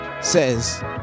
says